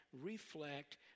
reflect